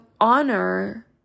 honor